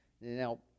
Now